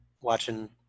watching